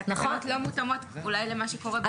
התקנות לא מותאמות אולי למה שקורה בפועל